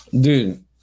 Dude